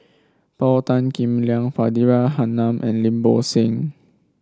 Paul Tan Kim Liang Faridah Hanum and Lim Bo Seng